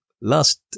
last